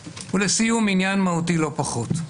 ולסיום, עניין מהותי לא פחות.